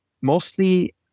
mostly